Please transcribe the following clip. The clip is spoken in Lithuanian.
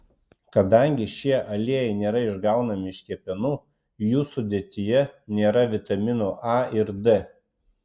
kadangi šie aliejai nėra išgaunami iš kepenų jų sudėtyje nėra vitaminų a ir d